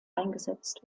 eingesetzt